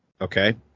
Okay